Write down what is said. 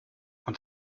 und